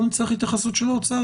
לא נצטרך התייחסות של האוצר,